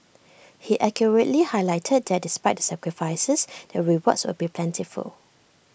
he accurately highlighted that despite the sacrifices the rewards would be plentiful